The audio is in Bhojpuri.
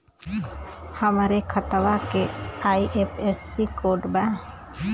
हमरे खतवा के आई.एफ.एस.सी कोड का बा?